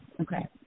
Okay